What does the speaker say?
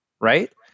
right